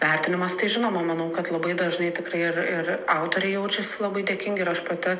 vertinimas tai žinoma manau kad labai dažnai tikrai ir ir autoriai jaučiasi labai dėkingi ir aš pati